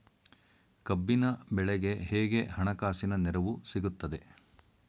ಕಬ್ಬಿನ ಬೆಳೆಗೆ ಹೇಗೆ ಹಣಕಾಸಿನ ನೆರವು ಸಿಗುತ್ತದೆ?